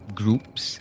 groups